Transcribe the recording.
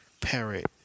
parrot